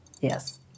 Yes